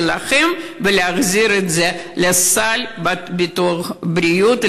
להילחם ולהחזיר את זה לסל ביטוח בריאות,